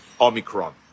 Omicron